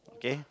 okay